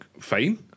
fine